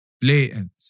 blatant